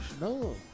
No